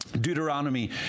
Deuteronomy